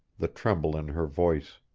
the tremble in her voice.